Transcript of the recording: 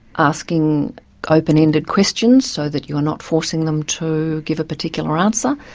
asking open-ended questions so that you are not forcing them to give a particular answer,